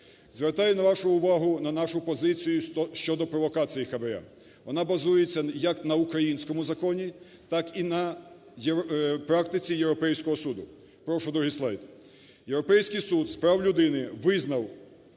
Звертаю на вашу увагу на нашу позицію щодо провокації хабара. Вона базується як на українському законі, так і на практиці Європейського суду. Прошу другий слайд. Європейський суд з прав людини визнав,